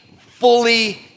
fully